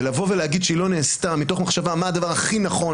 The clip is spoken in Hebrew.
ולבוא ולהגיד שהיא לא נעשתה מתוך מחשבה מה הדבר הכי נכון,